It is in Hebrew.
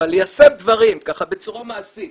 אבל ליישם דברים בצורה מעשית